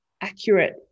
accurate